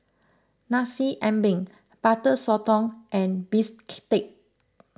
Nasi Ambeng Butter Sotong and Bistake